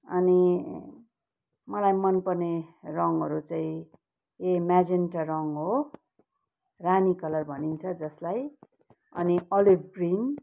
अनि मलाई मनपर्ने रङहरू चाहिँ ए मेजिन्टा रङ हो रानी कलर भनिन्छ जसलाई अनि अलिभ ग्रिन